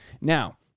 Now